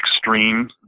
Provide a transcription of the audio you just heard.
extreme